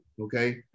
okay